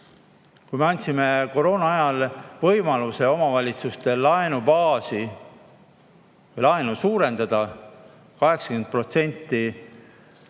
Kui me andsime koroona ajal võimaluse omavalitsuste laenubaasi, laenu suurendada 80% eelarvest,